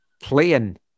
playing